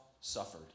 suffered